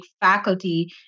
faculty